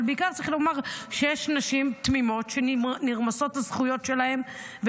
אבל בעיקר צריך לומר שיש נשים תמימות שהזכויות שלהן נרמסות,